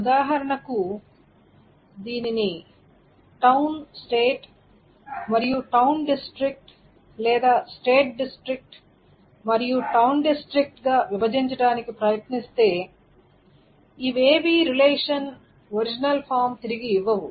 ఉదాహరణకు దానిని town state మరియు టౌన్ డిస్ట్రిక్ట్ లేదా స్టేట్ డిస్ట్రిక్ట్ మరియు టౌన్ డిస్ట్రిక్ట్ గా విభజించడానికి ప్రయత్నిస్తే ఇవేవీ రిలేషన్ ఒరిజినల్ ఫామ్ తిరిగి ఇవ్వవు